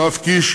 יואב קיש,